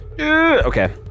Okay